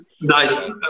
Nice